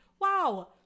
Wow